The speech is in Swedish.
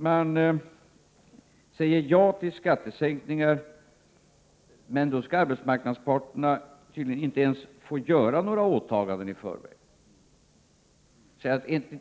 Men säger man ja till skattesänkningar, då får arbetsmarknadens parter tydligen inte göra några åtaganden i förväg,